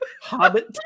Hobbit